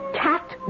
Cat